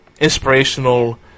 Inspirational